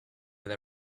with